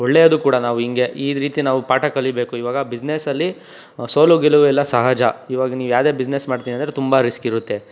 ಒಳ್ಳೆಯದು ಕೂಡ ನಾವು ಹಿಂಗೆ ಈ ರೀತಿ ನಾವು ಪಾಠ ಕಲಿಬೇಕು ಇವಾಗ ಬಿಸ್ನೆಸಲ್ಲಿ ಸೋಲು ಗೆಲುವು ಎಲ್ಲ ಸಹಜ ಇವಾಗ ನೀವು ಯಾವುದೇ ಬಿಸ್ನೆಸ್ ಮಾಡ್ತೀನೆಂದ್ರೆ ತುಂಬ ರಿಸ್ಕ್ ಇರುತ್ತೆ